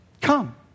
come